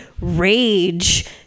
rage